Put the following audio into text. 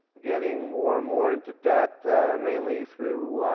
getting more and more into debt mainly through